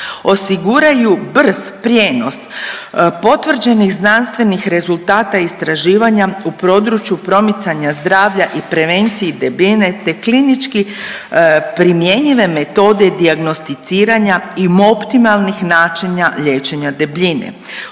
osiguraju brz prijenos potvrđenih znanstvenih rezultata istraživanja u području promicanja zdravlja i prevenciji debljine, te klinički primjenjive metode dijagnosticiranja i optimalnih načina liječenja debljine,